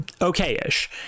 okay-ish